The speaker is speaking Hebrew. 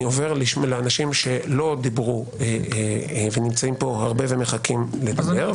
אני עובר לאנשים שלא דיברו ונמצאים פה הרבה ומחכים לדבר.